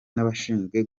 n’abashinzwe